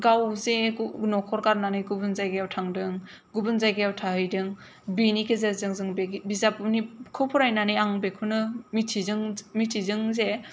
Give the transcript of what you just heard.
गाव जे न'खर गारनानै गुबुन जायगायाव थांदों गुबुन जायगायाव थाहैदों बेनि गेजेरजों जों बिजाबखौ फरायनानै आं बेखौनो मिन्थिदों जे